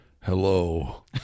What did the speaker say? Hello